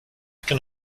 can